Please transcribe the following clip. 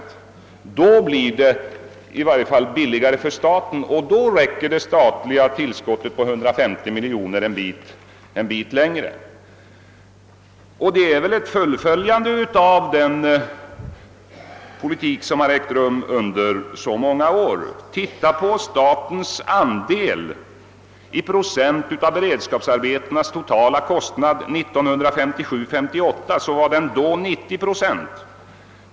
Då blir det i varje fall billigare för staten, och då räcker det statliga tillskottet på 150 miljoner en bit längre. Detta innebär ett fullföljande av en politik som förts under många år. Titta på statens andel i procent av beredskapsarbetenas totala kostnad 1957/58! Den var då 90 procent.